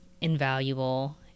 invaluable